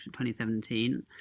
2017